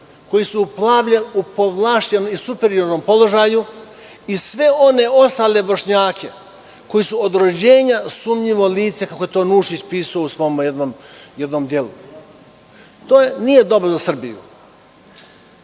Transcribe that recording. koji su u povlašćenom i superiornom položaju i sve one ostale Bošnjake koji su od rođenja sumnjivo lice, kako je to Nušić pisao u jednom svom delu. To nije dobro za Srbiju.